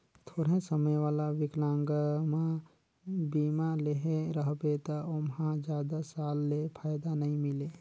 थोरहें समय वाला विकलांगमा बीमा लेहे रहबे त ओमहा जादा साल ले फायदा नई मिले